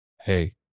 hey